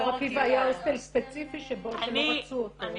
באור עקיבא היה הוסטל ספציפי שלא רצו אותו.